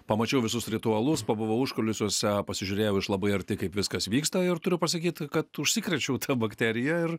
pamačiau visus ritualus pabuvau užkulisiuose pasižiūrėjau iš labai arti kaip viskas vyksta ir turiu pasakyt kad užsikrėčiau ta bakterija ir